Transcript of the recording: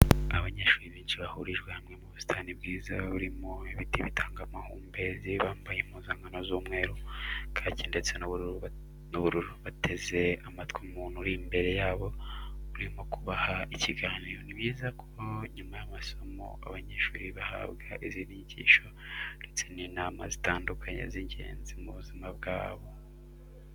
Abanyeshuri benshi bahurijwe hamwe mu busitani bwiza burimo ibiti bitanga amahumbezi bambaye impuzankano z'umweru, kaki ndetse n'ubururu bateze amatwi umuntu uri imbere yabo urimo kubaha ikiganiro. Ni byiza ko nyuma y'amasomo abanyeshuri bahabwa izindi nyigisho ndetse n'inama zitandukanye z'ingenzi mu buzima bwabo.